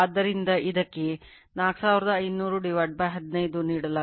ಆದ್ದರಿಂದ ಇದಕ್ಕೆ 450015 ನೀಡಲಾಗುತ್ತದೆ